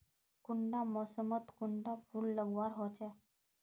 कुंडा मोसमोत कुंडा फुल लगवार होछै?